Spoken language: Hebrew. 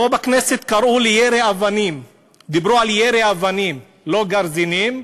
פה בכנסת קראו "ירי" לאבנים, לא לגרזנים,